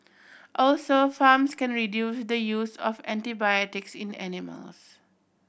also farms can reduce the use of antibiotics in animals